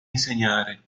insegnare